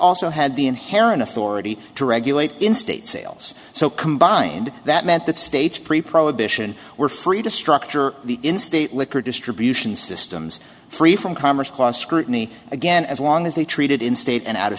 also had the inherent authority to regulate instate sales so combined that meant that states pre prohibition were free to structure the in state liquor distribution systems free from commerce clause scrutiny again as long as they treated in state and out of